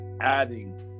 adding